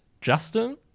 Justin